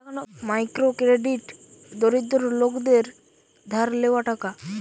micro credit দরিদ্র লোকদের ধার লেওয়া টাকা